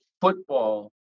football